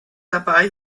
dabei